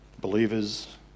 believers